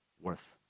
worth